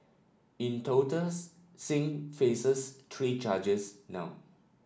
in total Singh faces three charges now